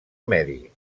medi